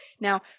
Now